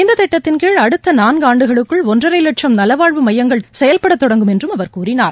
இந்த திட்டத்தின் கீழ் அடுத்த நான்கு ஆண்டுகளுக்குள் ஒன்றரை லட்சம் நலவாழ்வு மையங்கள் செயல்பட தொடங்கும் என்றும் அவர் கூறினார்